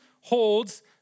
holds